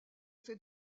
fait